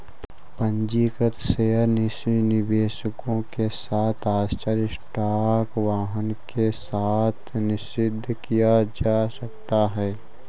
पंजीकृत शेयर निवेशकों के साथ आश्चर्य स्टॉक वाहन के साथ निषिद्ध किया जा सकता है